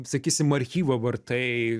sakysim archyvą vartai